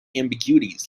ambiguities